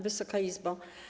Wysoka Izbo!